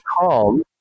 calm